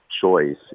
choice